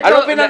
אני רוצה להבין.